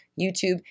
YouTube